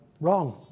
wrong